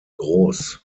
groß